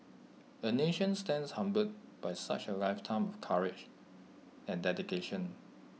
A nation stands humbled by such A lifetime of courage and dedication